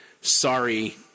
sorry